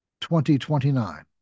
2029